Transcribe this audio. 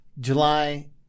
July